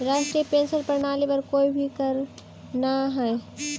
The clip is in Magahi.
राष्ट्रीय पेंशन प्रणाली पर कोई भी करऽ न हई